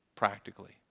Practically